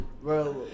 bro